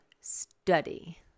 Study